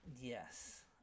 yes